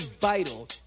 vital